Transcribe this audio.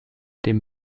dem